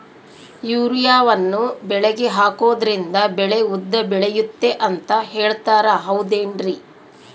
ಯೂರಿಯಾವನ್ನು ಬೆಳೆಗೆ ಹಾಕೋದ್ರಿಂದ ಬೆಳೆ ಉದ್ದ ಬೆಳೆಯುತ್ತೆ ಅಂತ ಹೇಳ್ತಾರ ಹೌದೇನ್ರಿ?